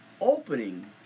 opening